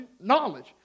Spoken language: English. knowledge